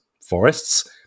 forests